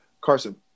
Carson